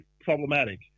problematic